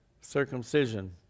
circumcision